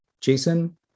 jason